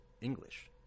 English